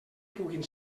puguin